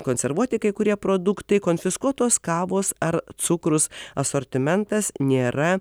konservuoti kai kurie produktai konfiskuotos kavos ar cukrus asortimentas nėra